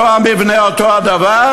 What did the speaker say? זה אותו המבנה ואותו הדבר,